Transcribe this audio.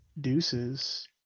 Deuces